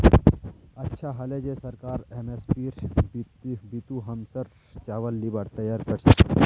अच्छा हले जे सरकार एम.एस.पीर बितु हमसर चावल लीबार तैयार छ